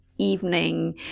evening